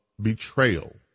betrayal